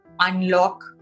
unlock